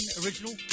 original